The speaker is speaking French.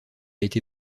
été